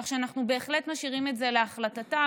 כך שאנחנו בהחלט משאירים את זה להחלטתם,